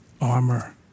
armor